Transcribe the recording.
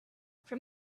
from